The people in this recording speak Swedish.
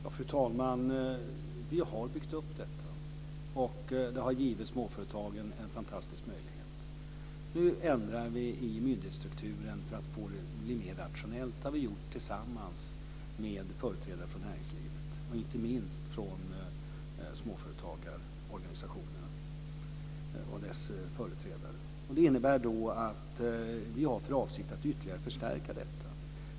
Fru talman! Vi har byggt upp detta, och det har givit småföretagen en fantastisk möjlighet. Nu ändrar vi i myndighetsstrukturen för att få det mer rationellt. Det har vi gjort tillsammans med företrädare från näringslivet, inte minst från småföretagsorganisationerna. Vi har för avsikt att ytterligare förstärka detta.